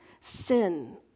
sin